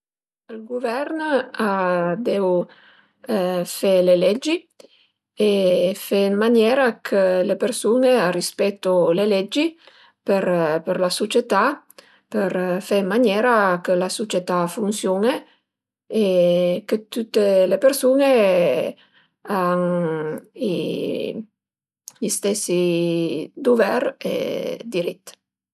Ël guvern a deu fe le leggi e fe ën maniera chë le persun-e a rispetu le leggi për për la sucietà për fe ën maniera chë la sucietà funsiun-e e chë tüte le persun-e an i stesi duver e dirit